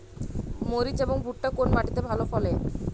মরিচ এবং ভুট্টা কোন মাটি তে ভালো ফলে?